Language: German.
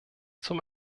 zum